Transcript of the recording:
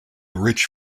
rich